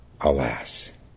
alas